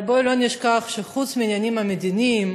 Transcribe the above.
אבל בואו לא נשכח שחוץ מהעניינים המדיניים